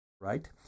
right